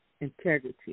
integrity